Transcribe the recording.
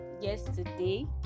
yesterday